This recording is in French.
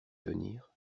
venir